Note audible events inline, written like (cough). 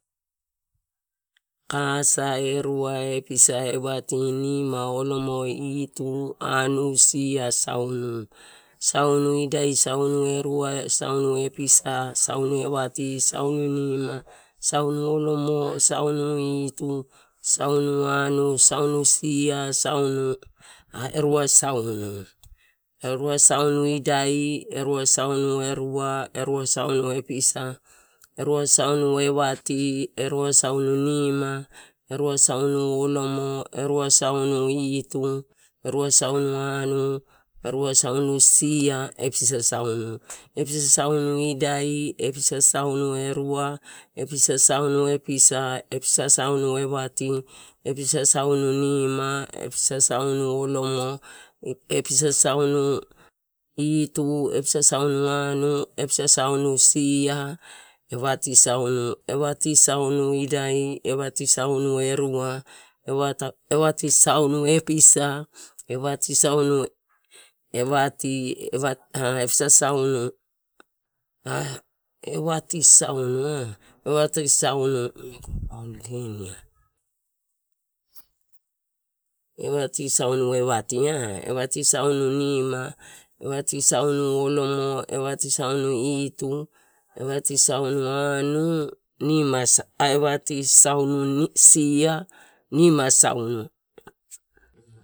Kasa, erua, episa, evati, nima, olomo, itu, anu, sia, saunu, saunu idai, saunu erua, saunu episa, saunu evati, saununima, saunuolomo, saunu itu, saunu anu, saunu sia, erua saunu, eura saunu idai, erua saunu erua, erua saunu episa, erua saunu evati, erua saunu nima, erua saunu olomo, erua saunu itu, erua saunu anu, erua saunu sia, episa saunu, episa saunu idai, episa saunu erua, episa saunu episa, episa saunu evati, episa saunu nima, episa saunu olomo, episa saunu itu, episa saunu anu, episa saunu sia, evati saunu, evati saunu idai, evati aunu erua, evati saunu episa, evati saunu-evati saunu-evati saunu ah, mi paul gen ya. (hesitation) Evati saunu nima, evati saunu olomo, evati saunu itu, evati saunu anu, evati saunu sia, nima saunu.